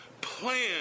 plan